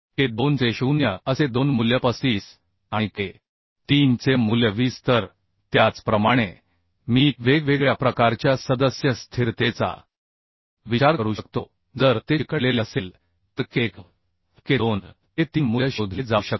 के 2 चे 0 असे 2 मूल्य 35 आणि के 3 चे मूल्य 20 तर त्याचप्रमाणे मी वेगवेगळ्या प्रकारच्या सदस्य स्थिरतेचा विचार करू शकतो जर ते चिकटलेले असेल तर K1 K2 K3 मूल्य शोधले जाऊ शकते